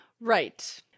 Right